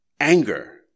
Anger